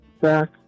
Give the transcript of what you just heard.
back